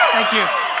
thank you